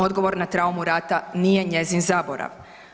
Odgovor na traumu rata nije njezin zaborav.